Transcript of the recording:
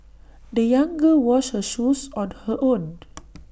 the young girl washed her shoes on her own